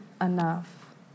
enough